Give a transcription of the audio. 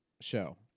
show